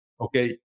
okay